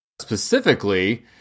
specifically